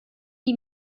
die